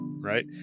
Right